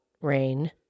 rain